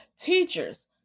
teachers